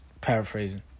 Paraphrasing